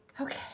Okay